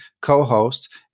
co-host